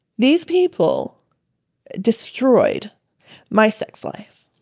these people destroyed my sex life.